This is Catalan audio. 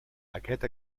aquest